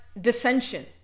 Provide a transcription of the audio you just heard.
dissension